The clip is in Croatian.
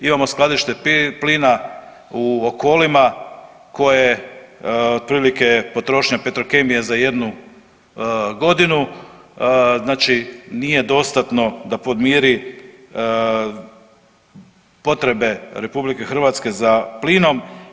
Imamo skladište plina u Okolima koje je otprilike potrošnja Petrokemije za jednu godinu znači nije dostatno da podmiri potrebe RH za plinom.